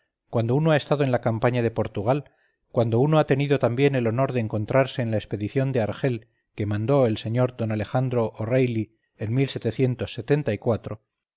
cuando uno ha estado en la campaña de portugal cuando uno ha tenido también el honor de encontrarse en la expedición de argel que mandó el sr d alejandro o'reilly en cuandodespués de